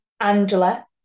Angela